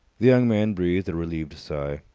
the young man breathed a relieved sigh.